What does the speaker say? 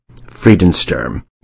Friedensturm